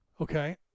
okay